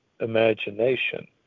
imagination